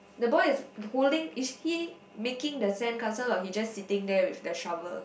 the boy is holding is he making the sandcastle or he just sitting there with the shovel